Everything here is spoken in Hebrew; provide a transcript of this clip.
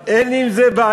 אין לי עם זה בעיה.